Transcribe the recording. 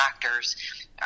doctors